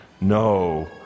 no